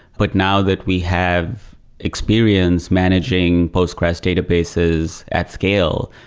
but now that we have experienced managing postgres databases at scale,